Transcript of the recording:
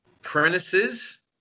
apprentices